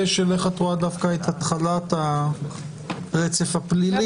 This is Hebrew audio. של איך את רואה דווקא את התחלת הרצף הפלילי,